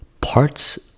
parts